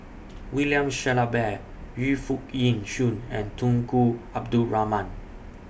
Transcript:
William Shellabear Yu Foo Yee Shoon and Tunku Abdul Rahman